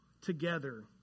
together